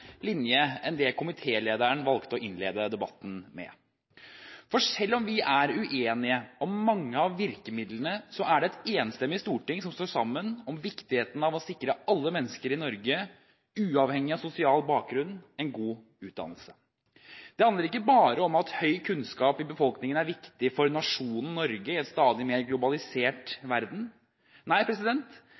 linje enn det komitélederen valgte å innlede debatten med. For selv om vi er uenige om mange av virkemidlene, er det et enstemmig storting som står sammen om viktigheten av å sikre alle mennesker i Norge, uavhengig av sosial bakgrunn, en god utdannelse. Det handler ikke bare om at høy kunnskap i befolkningen er viktig for nasjonen Norge i en stadig mer globalisert verden. Nei,